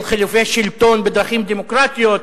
של חילופי שלטון בדרכים דמוקרטיות,